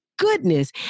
Goodness